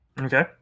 Okay